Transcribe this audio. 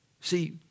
See